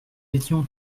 étions